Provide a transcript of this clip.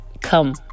come